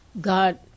God